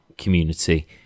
community